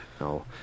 No